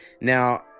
Now